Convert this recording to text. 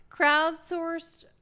Crowdsourced